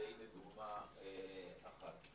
והנה דוגמה אחת.